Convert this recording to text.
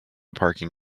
parking